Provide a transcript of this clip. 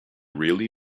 really